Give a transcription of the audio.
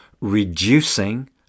reducing